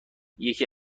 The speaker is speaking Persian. یکی